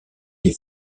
les